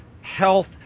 health